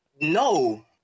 no